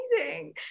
amazing